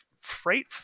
freight